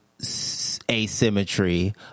asymmetry